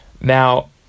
now